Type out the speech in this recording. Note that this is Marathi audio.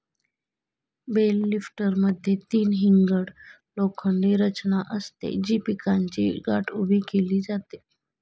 बेल लिफ्टरमध्ये तीन हिंग्ड लोखंडी रचना असते, जी पिकाची गाठ उभी केली जाते